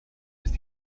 ist